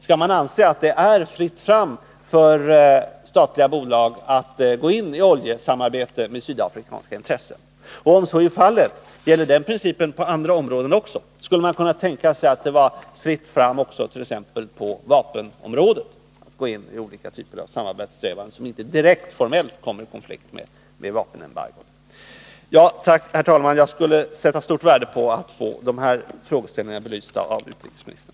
Skall man anse att det då är fritt fram för statliga företag att gå in i ett oljesamarbete med sydafrikanska intressen? Och — om så är fallet — gäller då den principen på andra områden också? Skulle man även kunna tänka sig att det t.ex. på vapenområdet vore fritt fram för samarbete som formellt inte kommer i direkt konflikt med vapenembargot? Jag skulle, herr talman, sätta stort värde på att få de här frågeställningarna belysta av utrikesministern.